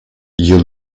you